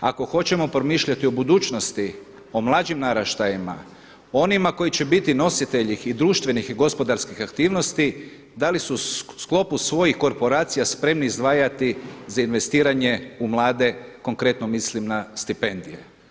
Ako hoćemo promišljati u budućnosti o mlađim naraštajima, onima koji će biti nositelji i društvenih i gospodarskih aktivnosti da li su u sklopu svojih korporacija spremni izdvajati za investiranje u mlade, konkretno mislim na stipendije.